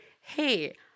Hey